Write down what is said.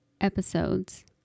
episodes